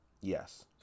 Yes